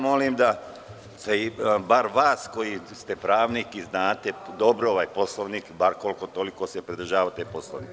Molim vas, bar vas koji ste pravnik i znate dobro ovaj Poslovnik, da se koliko toliko pridržavate Poslovnika.